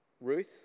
Ruth